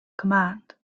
command